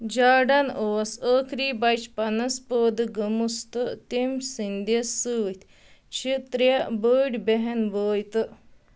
Jordan اوس ٲخری بچپنس پٲدٕ گٔمٕژ تہٕ تٔمۍ سٕندِس سۭتۍ چھِ ترٛےٚ بٔڑۍ بہن بٲے تہٕ